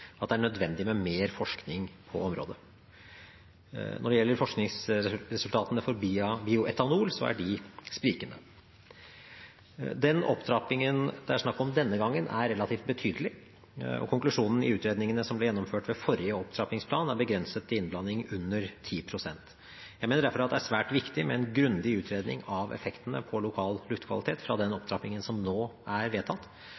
at det er nødvendig med mer forskning på området. Når det gjelder forskningsresultatene for bioetanol, er de sprikende. Den opptrappingen det er snakk om denne gangen, er relativt betydelig, og konklusjonen i utredningene som ble gjennomført ved forrige opptrappingsplan, er begrenset til en innblanding på under 10 pst. Jeg mener derfor at det er svært viktig med en grundig utredning av effektene på lokal luftkvalitet fra den opptrappingen som nå er vedtatt,